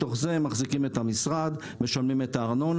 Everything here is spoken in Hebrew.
מתוך זה הם מחזיקים את המשרד, משלמים את הארנונה,